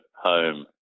home